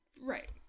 Right